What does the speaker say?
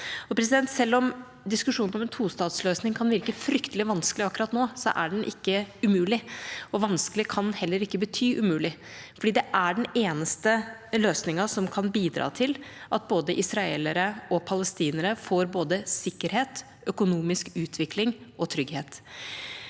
om en tostatsløsning kan virke fryktelig vanskelig akkurat nå, er den ikke umulig – og vanskelig kan heller ikke bety umulig, for det er den eneste løsningen som kan bidra til at både israelere og palestinere får sikkerhet, økonomisk utvikling og trygghet.